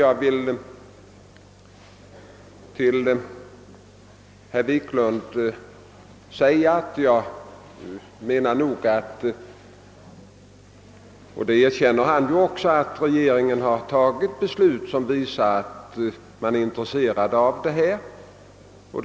Till herr Wiklund vill jag säga, att regeringen har fattat beslut som visar — och det erkänner även herr Wiklund — att den är intresserad av bullerfrågorna.